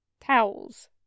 Towels